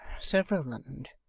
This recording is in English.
sir rowland!